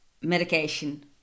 medication